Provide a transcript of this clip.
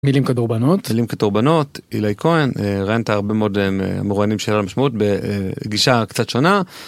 מילים כדורבנות, מילים כדורבנות, עילאי כהן ראיינת הרבה מאוד מרואיינים של המשמעות בגישה קצת שונה.